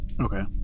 Okay